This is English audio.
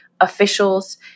officials